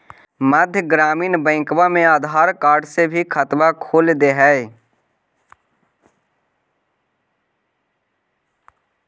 मध्य ग्रामीण बैंकवा मे आधार कार्ड से भी खतवा खोल दे है?